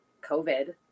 COVID